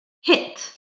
hit